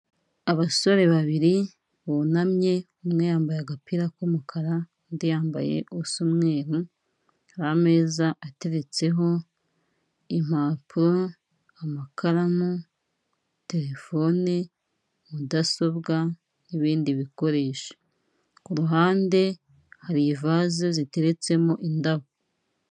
Abasore babiri bunamye umwe yambaye agapira k'umukara, undi yambaye usa umweru. Hari ameza ateretseho impapuro, amakaramu, telefone, mudasobwa n'ibindi bikoresho, ku ruhande hari ivaze ziteretsemo indabo.